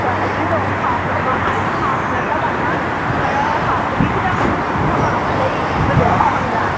ꯍꯣꯏ ꯑꯗꯨꯏꯗꯣ ꯍꯥꯐ ꯑꯃ ꯍꯥꯐ ꯅꯠꯇꯕ ꯑꯃ ꯈꯔ ꯍꯥꯐꯇꯒꯤ ꯈꯤꯇꯪ ꯄꯤꯛꯊꯕ ꯑꯃ ꯂꯩꯕꯗꯣ ꯈꯪꯕ꯭ꯔꯥ